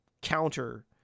counter